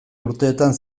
urteetan